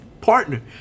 partner